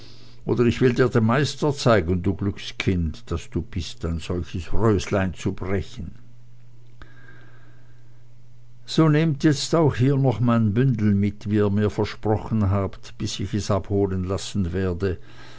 oder ich will dir den meister zeigen du glückskind das du bist ein solches röslein zu brechen so nehmt jetzt auch hier noch mein bündel mit wie ihr mir versprochen habt bis ich es abholen lassen werde